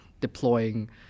deploying